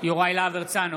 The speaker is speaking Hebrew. יוראי להב הרצנו,